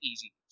easy